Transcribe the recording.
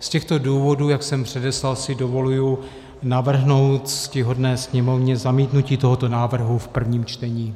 Z těchto důvodů, jak jsem předeslal, si dovoluji navrhnout ctihodné Sněmovně zamítnutí tohoto návrhu v prvním čtení.